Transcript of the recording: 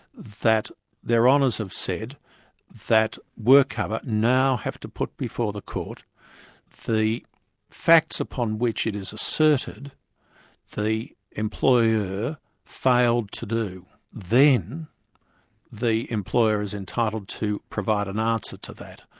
that their honours have said that workcover now have to put before the court the facts upon which it is asserting the employer failed to do. then the employer is entitled to provide an answer to that.